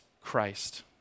Christ